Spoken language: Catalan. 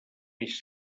peix